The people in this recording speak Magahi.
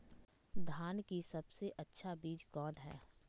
धान की सबसे अच्छा बीज कौन है?